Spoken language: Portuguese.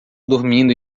dormindo